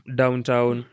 downtown